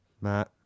matt